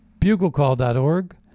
BugleCall.org